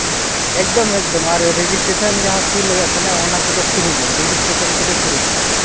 ᱮᱠᱫᱚᱢ ᱮᱠᱫᱚᱢ ᱟᱨ ᱨᱮᱡᱤᱥᱴᱨᱮᱥᱚᱱ ᱡᱟᱦᱟᱸ ᱯᱷᱤ ᱞᱟᱜᱟᱜ ᱠᱟᱱᱟ ᱚᱱᱟᱠᱚᱫᱚ ᱯᱷᱨᱤ ᱜᱮᱭᱟ ᱨᱮᱡᱤᱥᱴᱨᱮᱥᱚᱱ ᱠᱚᱫᱚ ᱯᱷᱨᱤ